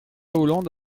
hollande